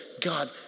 God